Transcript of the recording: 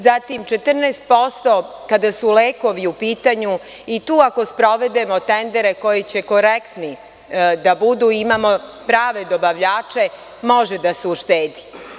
Zatim 14% kada su lekovi u pitanju i tu ako sprovedemo tendere koji će korektni da budu imamo prave dobavljače može da se uštedi.